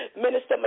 Minister